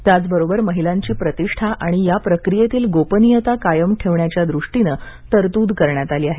त्याचबरोबर महिलांची प्रतिष्ठा आणि या प्रक्रियेतील गोपनीयता कायम ठेवण्याच्या दृष्टीनं तरतूद करण्यात आली आहे